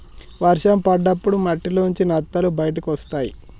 వర్షం పడ్డప్పుడు మట్టిలోంచి నత్తలు బయటకొస్తయ్